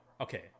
okay